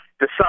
Decide